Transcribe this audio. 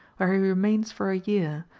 where he remains for a year,